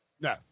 No